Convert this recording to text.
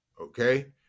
okay